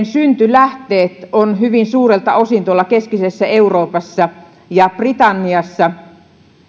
syntylähteet ovat hyvin suurelta osin tuolla keskisessä euroopassa ja britanniassa